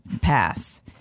pass